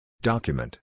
Document